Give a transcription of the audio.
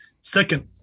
second